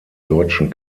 deutschen